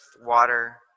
water